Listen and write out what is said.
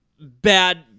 bad